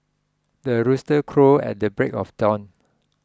the rooster crows at the break of dawn